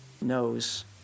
knows